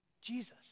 Jesus